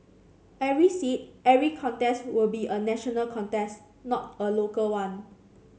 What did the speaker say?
every seat every contest will be a national contest not a local one